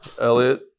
Elliot